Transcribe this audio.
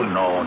no